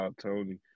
Tony